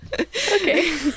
Okay